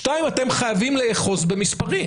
שניים, אתם חייבים לאחוז במספרים.